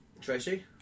Tracy